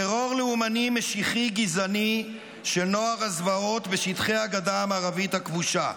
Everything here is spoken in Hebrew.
טרור לאמני-משיח-גזעני של נוער הזוועות בשטחי הגדה המערבית הכבושה.